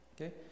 okay